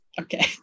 Okay